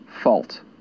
fault